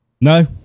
No